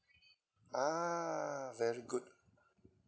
ah very good